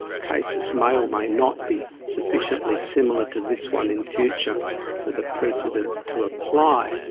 cases may or may not be sufficiently similar to this one in future for the precedent to apply,